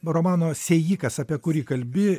romano sėjikas apie kurį kalbi